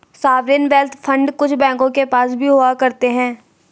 sovereign wealth fund कुछ बैंकों के पास भी हुआ करते हैं